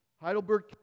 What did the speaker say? heidelberg